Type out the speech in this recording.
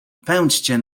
pędźcie